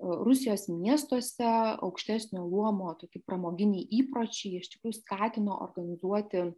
rusijos miestuose aukštesnio luomo tokie pramoginiai įpročiai iš tikrųjų skatino organizuoti